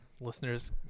listeners